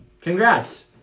congrats